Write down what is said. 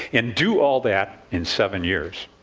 and do all that in seven years.